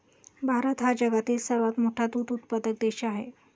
भारत हा जगातील सर्वात मोठा दूध उत्पादक देश आहे